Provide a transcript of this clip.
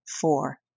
four